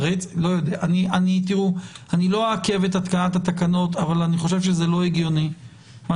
אני לא אעכב את התקנת התקנות אבל אני חושב שזה לא הגיוני ואני